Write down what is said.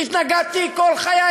התנגדתי כל חיי,